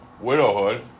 widowhood